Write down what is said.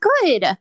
good